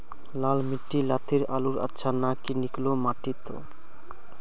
लाल माटी लात्तिर आलूर अच्छा ना की निकलो माटी त?